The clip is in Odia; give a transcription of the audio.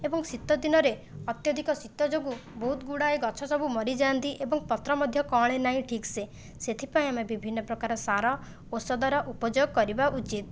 ଏବଂ ଶୀତ ଦିନରେ ଅତ୍ୟଧିକ ଶୀତ ଯୋଗୁ ବହୁତ ଗୁଡ଼ାଏ ଗଛ ସବୁ ମରି ଯାଆନ୍ତି ଏବଂ ପତ୍ର ମଧ୍ୟ କଅଁଳେ ନାହିଁ ଠିକସେ ସେଥିପାଇଁ ଆମେ ବିଭିନ୍ନ ପ୍ରକାର ସାର ଔଷଧର ଉପଯୋଗ କରିବା ଉଚିତ